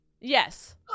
Yes